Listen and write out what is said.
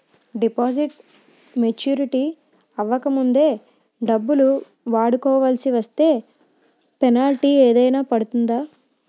Deposit maturity అవ్వక ముందే డబ్బులు వాడుకొవాల్సి వస్తే పెనాల్టీ ఏదైనా పడుతుందా?